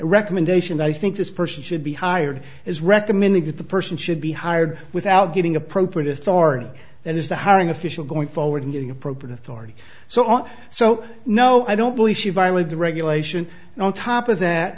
recommendation i think this person should be hired as recommending that the person should be hired without giving appropriate authority that is the hiring official going forward and getting appropriate authority so on so no i don't believe she violated the regulation and on top of that